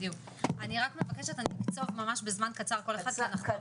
בבקשה, אני מבקשת בזמן קצר מאוד.